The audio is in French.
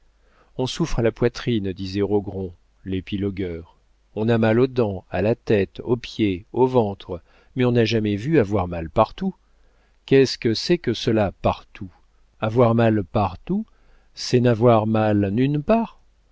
on souffre à la poitrine disait rogron l'épilogueur on a mal aux dents à la tête aux pieds au ventre mais on n'a jamais vu avoir mal partout qu'est-ce que c'est que cela partout avoir mal partout c'est n'avoir mal nune part